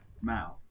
mouth